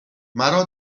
مرا